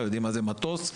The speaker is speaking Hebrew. יודעים מה זה מטוס,